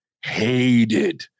hated